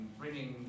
bringing